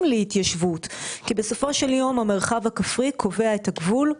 להתיישבות כי בסופו של יום המרחב הכפרי קובע את הגבול.